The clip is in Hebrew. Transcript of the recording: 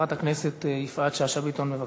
חברת הכנסת יפעת שאשא ביטון, בבקשה.